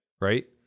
right